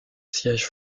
siège